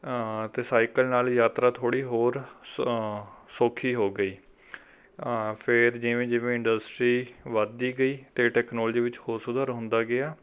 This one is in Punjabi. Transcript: ਅਤੇ ਸਾਈਕਲ ਨਾਲ ਯਾਤਰਾ ਥੋੜ੍ਹੀ ਹੋਰ ਸ ਸੌਖੀ ਹੋ ਗਈ ਫਿਰ ਜਿਵੇਂ ਜਿਵੇਂ ਇੰਡਸਟਰੀ ਵਧਦੀ ਗਈ ਅਤੇ ਟੈਕਨੋਲਜੀ ਵਿੱਚ ਹੋਰ ਸੁਧਾਰ ਹੁੰਦਾ ਗਿਆ